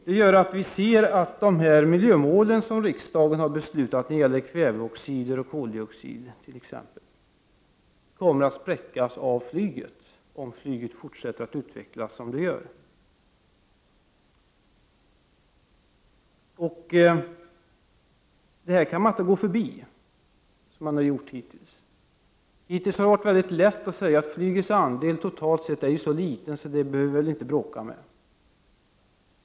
Det innebär att de miljömål som riksdagen beslutat när det gäller t.ex. kväveoxid och koldioxid kommer att spräckas av flyget, om detta fortsätter att utvecklas på det sätt som nu sker. Detta kan man inte gå förbi som man gjort hittills. Det har hittills varit väldigt lätt att säga att flygets andel av utsläppen totalt sett är så liten att man inte behöver bråka om det.